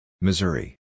Missouri